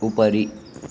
उपरि